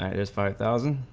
others five thousand